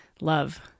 love